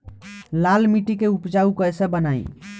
लाल मिट्टी के उपजाऊ कैसे बनाई?